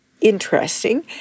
interesting